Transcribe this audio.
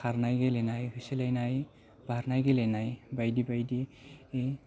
खारनाय गेलेनाय होसोलायनाय बारनाय गेलेनाय बायदि बायदि